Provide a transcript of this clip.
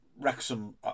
Wrexham